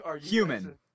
Human